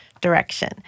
direction